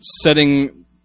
setting